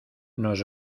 nos